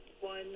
one